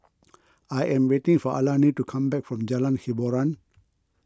I am waiting for Alani to come back from Jalan Hiboran